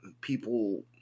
people